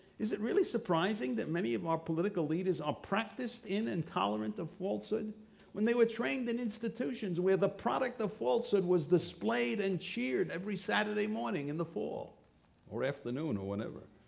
is it really surprising that many of our political leaders are practiced in and tolerant of falsehood when they were trained in institutions where the product of falsehood was displayed and cheered every saturday morning in the fall or afternoon, or whenever?